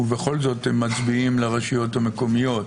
ובכל זאת הם מצביעים לרשויות המקומיות.